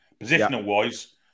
Positional-wise